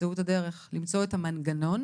תמצאו את הדרך למצוא את המנגנון